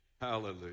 Hallelujah